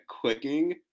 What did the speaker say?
clicking